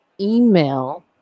email